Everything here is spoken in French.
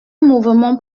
mouvement